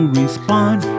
respond